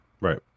Right